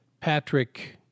Patrick